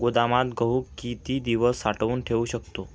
गोदामात गहू किती दिवस साठवून ठेवू शकतो?